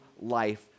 life